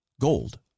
Gold